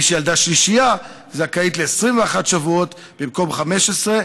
מי שילדה שלישייה זכאית ל-21 שבועות במקום 15,